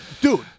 Dude